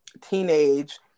teenage